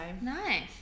nice